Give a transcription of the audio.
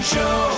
Show